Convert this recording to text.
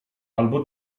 albo